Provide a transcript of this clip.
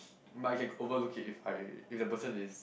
but I can overlook it if I if the person is